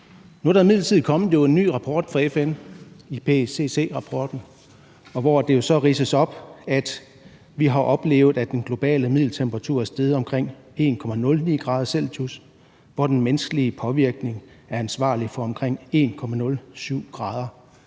Nu er der jo imidlertid kommet en ny rapport fra FN, IPCC-rapporten, hvor det ridses op, at vi har oplevet, at den globale middeltemperatur er steget med omkring 1,09 grader celsius, hvoraf den menneskelige påvirkning er ansvarlig for omkring 1,07 grader.